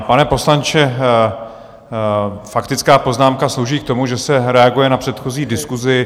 Pane poslanče, faktická poznámka slouží k tomu, že se reaguje na předchozí diskusi.